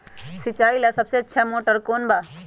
सिंचाई ला सबसे अच्छा मोटर कौन बा?